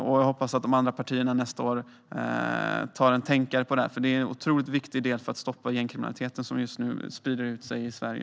Och jag hoppas att de andra partierna nästa år tänker över detta. Det är nämligen en otroligt viktig del för att stoppa den gängkriminalitet som just nu sprider sig i Sverige.